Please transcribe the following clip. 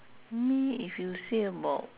me if you say about